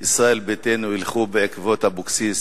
ישראל ביתנו ילכו בעקבות אבקסיס